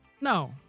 No